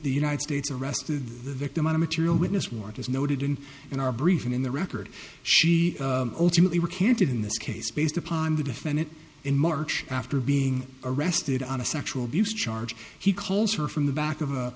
the united states arrested the victim on a material witness warrant as noted in in our briefing in the record she ultimately recanted in this case based upon the defendant in march after being arrested on a sexual abuse charge he calls her from the back of a